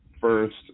first